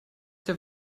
der